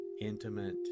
intimate